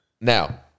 Now